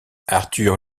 arthur